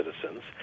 citizens